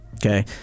Okay